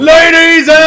Ladies